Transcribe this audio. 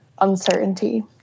uncertainty